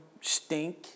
stink